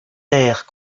terres